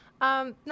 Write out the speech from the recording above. No